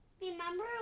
Remember